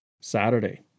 Saturday